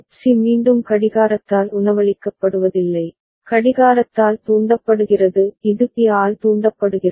C மீண்டும் கடிகாரத்தால் உணவளிக்கப்படுவதில்லை கடிகாரத்தால் தூண்டப்படுகிறது இது பி ஆல் தூண்டப்படுகிறது